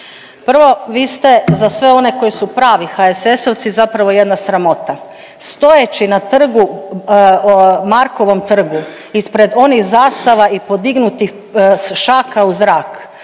prvo vi ste za sve one koji su pravi HSS-ovci zapravo jedna sramota. Stojeći na trgu, Markovom trgu ispred onih zastava i podignutih šaka u zrak